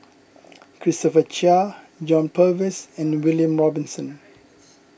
Christopher Chia John Purvis and William Robinson